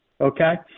okay